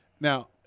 Now